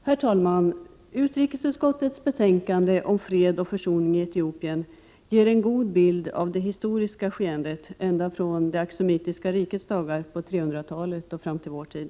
Herr talman! Utrikesutskottets betänkande om fred och försoning i Etiopien ger en god bild av det historiska skeendet ända från det aksumitiska rikets dagar på 300-talet till vår tid.